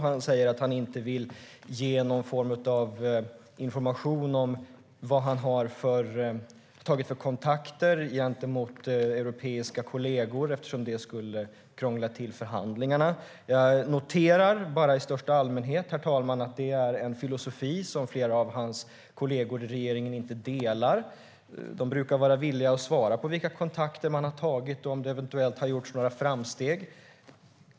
Han säger att han inte vill ge någon form av information om vilka kontakter han har tagit gentemot europeiska kolleger eftersom det skulle krångla till förhandlingarna. Jag noterar bara i största allmänhet, herr talman, att det är en filosofi som flera av hans kolleger i regeringen inte delar. De brukar vara villiga att svara på vilka kontakter de har tagit och om det eventuellt har gjorts några framsteg.